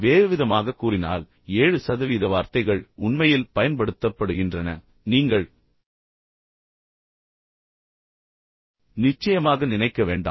வேறுவிதமாகக் கூறினால் 7 சதவீத வார்த்தைகள் உண்மையில் பயன்படுத்தப்படுகின்றன நீங்கள் நிச்சயமாக நினைக்க வேண்டாம்